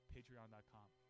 Patreon.com